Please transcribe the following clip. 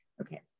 okay